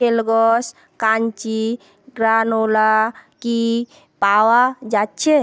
Kellogg's crunchy granola কি পাওয়া যাচ্ছে